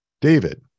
David